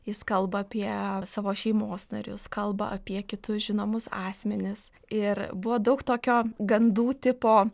jis kalba apie savo šeimos narius kalba apie kitus žinomus asmenis ir buvo daug tokio gandų tipo